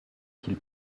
qu’il